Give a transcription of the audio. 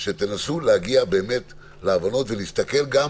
שתנסו להגיע באמת להבנות ולהסתכל גם